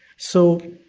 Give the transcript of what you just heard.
so,